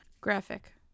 graphic